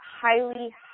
highly